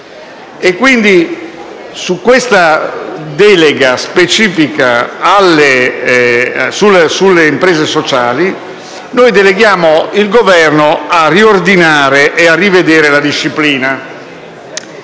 Quindi, con questa delega specifica sulle imprese sociali noi deleghiamo il Governo a riordinare e a rivedere la disciplina.